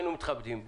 היינו מתכבדים בו,